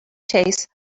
chase